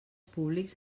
públics